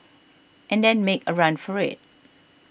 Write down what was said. and then make a run for it